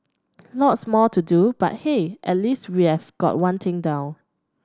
lots more to do but hey at least we've got one thing down